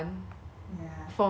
ya so my friend told me like